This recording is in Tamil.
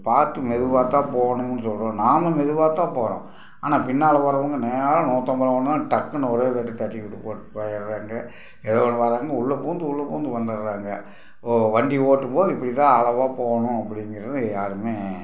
பார்த்து மெதுவாக தான் போகணும்னு சொல்கிறோம் நாம மெதுவாக தான் போகிறோம் ஆனால் பின்னால் வர்றவங்க நேராக நூற்றம்பதுல கொண்டாந்து டக்குன்னு ஒரே தட்டு தட்டிவிட்டு போட்டு போயிடுறாங்க எதோ ஒன்று வர்றாங்க உள்ள புகுந்து உள்ள புகுந்து வந்துடுறாங்க ஓ வண்டி ஓட்டும் போது இப்படி தான் அளவாக போகணும் அப்படிங்கிறத இங்கே யாருமே